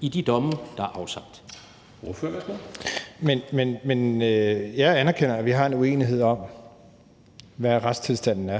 i de domme, der er afsagt? Kl. 10:12 Formanden (Henrik Dam Kristensen):